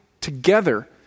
together